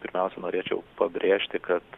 pirmiausia norėčiau pabrėžti kad